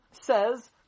says